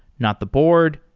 not the board,